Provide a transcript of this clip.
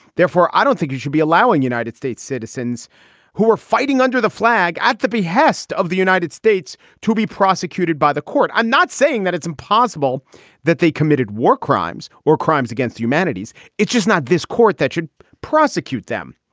therefore, i don't think you should be allowing united states citizens who are fighting under the flag at the behest of the united states to be prosecuted by the court. i'm not saying that it's impossible that they committed war crimes or crimes against humanities. it's just not this court that should prosecute them.